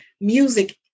music